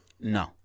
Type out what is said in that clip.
No